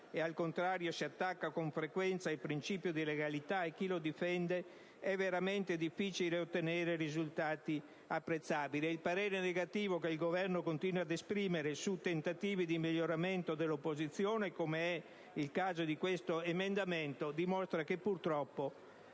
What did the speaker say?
e, al contrario, si attacca con frequenza il principio di legalità e chi lo difende, è veramente difficile ottenere risultati apprezzabili. Il parere contrario che il Governo continua ad esprimere su tentativi di miglioramento dell'opposizione - come nel caso dell'emendamento in esame - dimostra che purtroppo